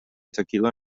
tequila